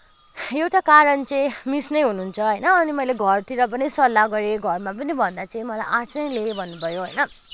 एउटा कारण चाहिँ मिस नै हुनुहुन्छ होइन अनि मैले घरतिर पनि सल्लाह गरेँ घरमा पनि भन्दा चाहिँ मलाई आर्टस नै लिइ भन्नुभयो होइन